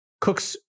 Cooks